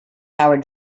powered